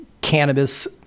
cannabis